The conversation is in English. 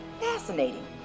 fascinating